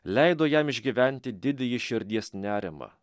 leido jam išgyventi didįjį širdies nerimą